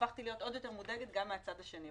הפכתי להיות עוד יותר מודאגת גם מהצד השני,